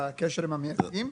על הקשר עם המייצגים.